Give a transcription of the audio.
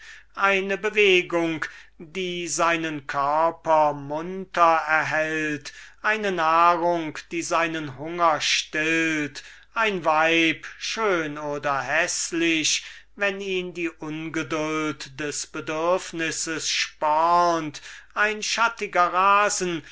eine bewegung die seinen körper munter erhält eine nahrung die den hunger stillt ein weib schön oder häßlich wenn ihn die ungeduld eines gewissen bedürfnisses beunruhiget ein schattichter rasen